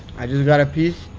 i just got a piece.